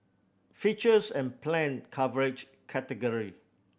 features and planned coverage category